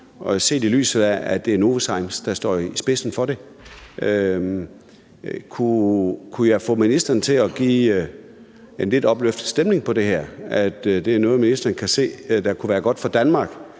Og set i lyset af, at det er Novozymes, der står i spidsen for det, kunne jeg så få ministeren til at komme i en lidt opløftet stemning i forhold til det her, altså sådan at det er noget, ministeren kan se kunne være godt for Danmark,